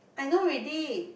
I know already